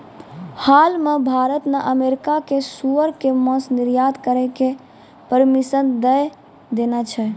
हाल मॅ भारत न अमेरिका कॅ सूअर के मांस निर्यात करै के परमिशन दै देने छै